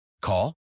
Call